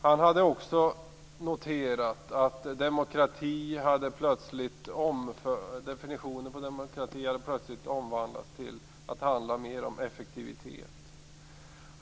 Han hade också noterat att definitionen på demokrati plötsligt hade omvandlats till att handla mer om effektivitet.